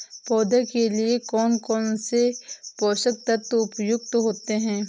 पौधे के लिए कौन कौन से पोषक तत्व उपयुक्त होते हैं?